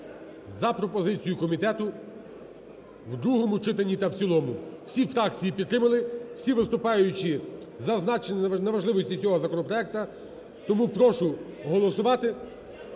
за пропозицією комітету в другому читанні та в цілому. Всі фракції підтримали, всі виступаючі зазначили на важливості цього законопроекту, тому прошу голосувати,